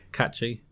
catchy